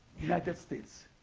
united states,